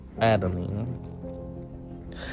Adeline